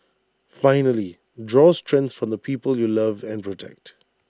finally draw strength from the people you love and protect